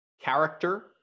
character